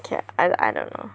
okay lah I dunno